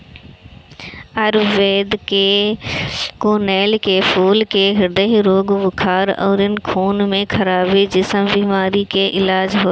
आयुर्वेद में कनेर के फूल से ह्रदय रोग, बुखार अउरी खून में खराबी जइसन बीमारी के इलाज होला